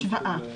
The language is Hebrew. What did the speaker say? במשוואה.